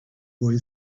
boy